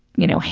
you know,